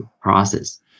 process